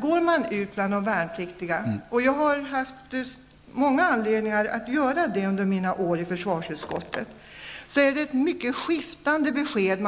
Går man ut bland de värnpliktiga -- vilket jag under mina år i försvarsutskottet har haft många anledningar att göra -- får man av dem mycket skiftande besked